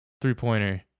three-pointer